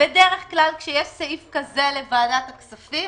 בדרך כלל כשיש סעיף כזה לגבי ועדת הכספים,